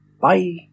Bye